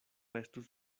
estus